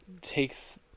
takes